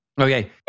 Okay